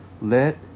let